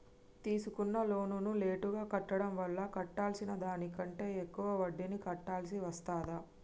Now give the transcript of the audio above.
తీసుకున్న లోనును లేటుగా కట్టడం వల్ల కట్టాల్సిన దానికంటే ఎక్కువ వడ్డీని కట్టాల్సి వస్తదా?